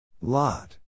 Lot